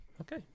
Okay